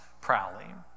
prowling